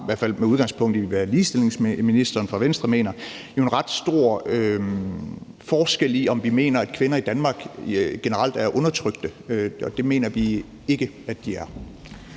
i hvert fald med udgangspunkt i, hvad ligestillingsministeren fra Venstre mener – i forhold til om vi mener, at kvinder i Danmark generelt er undertrykte. Det mener vi ikke at de er.